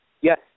yes